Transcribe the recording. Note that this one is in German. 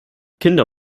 kinder